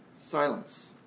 silence